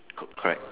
co~ correct